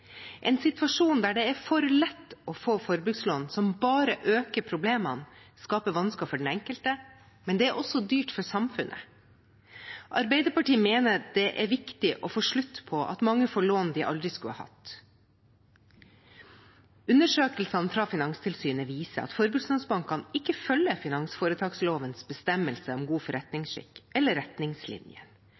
En situasjon der det er for lett å få forbrukslån som bare øker problemene, skaper vansker for den enkelte, og det er også dyrt for samfunnet. Arbeiderpartiet mener det er viktig å få slutt på at mange får lån de aldri skulle hatt. Undersøkelsene fra Finanstilsynet viser at forbrukslånsbankene ikke følger finansforetakslovens bestemmelse om god forretningsskikk eller